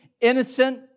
innocent